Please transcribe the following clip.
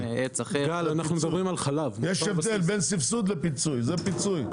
יש הבדל בין סבסוד לפיצוי, זה פיצוי.